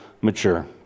mature